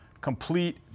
complete